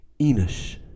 Enosh